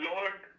Lord